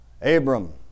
Abram